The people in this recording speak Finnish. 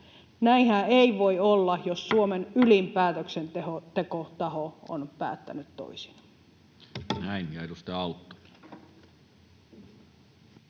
jos Suomen ylin päätöksentekotaho on päättänyt toisin.